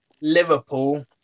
Liverpool